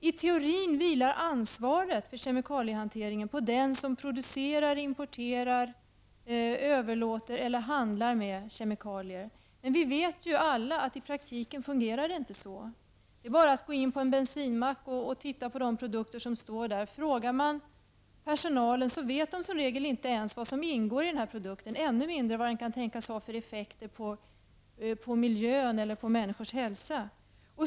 I teorin vilar ansvaret för kemikaliehanteringen på den som producerar, importerar, överlåter eller handlar med kemikalier, men vi vet alla att det i praktiken inte fungerar så. Om man går in på en bensinmack och frågar personalen vad som ingår i de produkter som står uppställda där, vet den som regel inte ens detta, ännu mindre vilka effekter de kan tänkas få på miljön eller på människors hälsa.